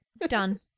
done